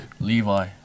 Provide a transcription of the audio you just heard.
Levi